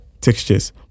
textures